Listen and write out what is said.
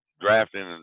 drafting